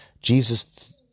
Jesus